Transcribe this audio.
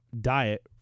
diet